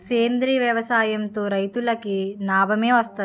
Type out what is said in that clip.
సేంద్రీయ వ్యవసాయం తో రైతులకి నాబమే వస్తది